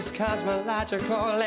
cosmological